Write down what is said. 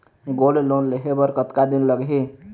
Gold loan लेहे बर कतका दिन लगही?